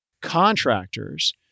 contractors